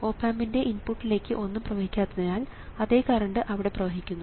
op ആമ്പിൻറെ ഇൻപുട്ടിലേക്ക് ഒന്നും പ്രവഹിക്കാത്തതിനാൽ അതേ കറണ്ട് അവിടെ പ്രവഹിക്കുന്നു